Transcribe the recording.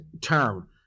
term